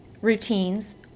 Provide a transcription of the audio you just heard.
routines